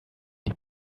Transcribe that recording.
die